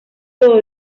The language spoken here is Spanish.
todo